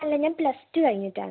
അല്ല ഞാൻ plus two കഴിഞ്ഞിട്ടാണ്